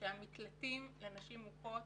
שהמקלטים לנשים מוכות